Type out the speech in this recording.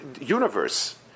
universe